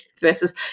versus